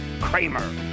Kramer